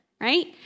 right